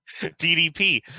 DDP